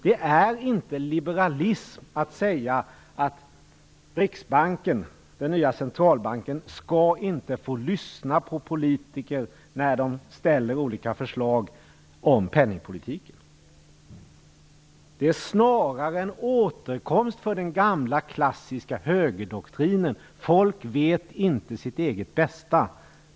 Det är inte liberalism att säga att riksbanken, den nya centralbanken, inte skall få lyssna på politiker när de ställer förslag om penningpolitiken. Det är snarare en återkomst för den gamla klassiska högerdoktrinen: Folk vet inte sitt eget bästa.